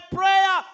prayer